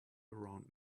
around